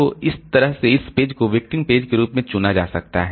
तो इस तरह से इस पेज को विक्टिम पेज के रूप में चुना जा सकता है